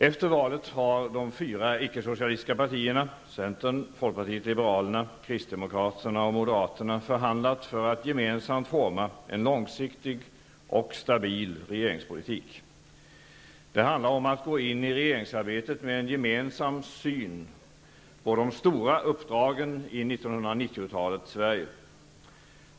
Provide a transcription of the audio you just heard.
Efter valet har de fyra icke-socialistiska partierna, centern, folkpartiet liberalerna, kristdemokraterna och moderaterna, förhandlat för att gemensamt forma en långsiktig och stabil regeringspolitik. Det handlar om att gå in i regeringsarbetet med en gemensam syn på de stora uppdragen i 1990-talets Sverige.